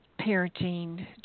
parenting